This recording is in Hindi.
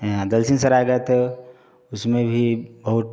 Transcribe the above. यहाँ दलसिंघसराई गए थे उसमें भी बहुत